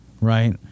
right